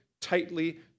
tightly